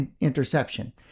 Interception